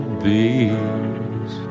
bees